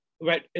Right